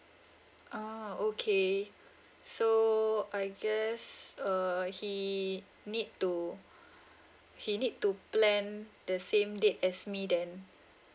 ah okay so I guess err he need to he need to plan the same date as me then